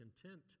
content